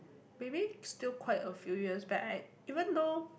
maybe still quite a few years back I even though